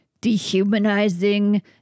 dehumanizing